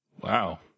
Wow